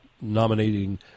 nominating